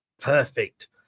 Perfect